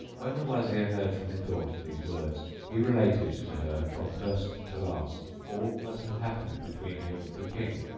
when the wazir heard from his daughter these words he related to her, from first to last, all that had happened between him and the king.